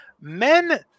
Men